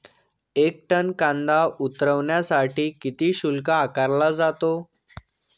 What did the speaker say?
एक टन कांदा उतरवण्यासाठी किती शुल्क आकारला जातो?